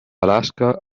alaska